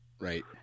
Right